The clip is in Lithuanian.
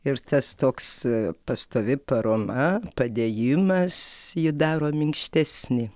ir tas toks pastovi parama padėjimas jį daro minkštesnį